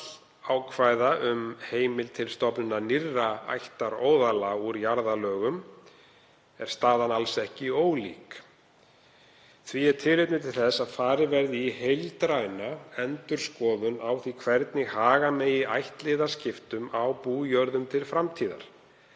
ákvæða um heimild til stofnunar nýrra ættaróðala úr jarðarlögum er staðan alls ekki ólík. Því er tilefni til þess að farið verði í heildræna endurskoðun á því hvernig haga megi ættliðaskiptum á bújörðum til framtíðar